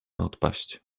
odpaść